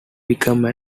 became